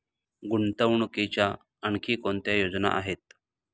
गुंतवणुकीच्या आणखी कोणत्या योजना आहेत?